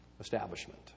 establishment